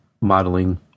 modeling